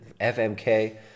FMK